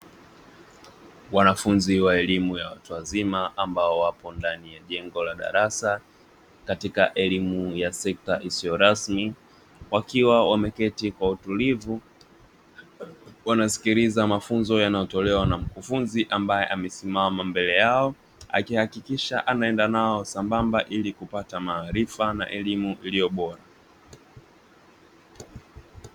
wanafunzi wa elimu ya watu wazima ambao wapo ndani ya jengo la darasa katika elimu ya sekta isiyo rasmi, wakiwa wamekaa kwa utulivu, wanasikiliza mafunzo yanayotolewa na mkufunzi ambaye amesimama mbele yao. Akihakikisha anaenda nao sambamba ili kupata maarifa na elimu iliyo bora.